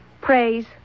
praise